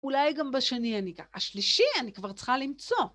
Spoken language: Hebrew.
אולי גם בשני אני... השלישי אני כבר צריכה למצוא.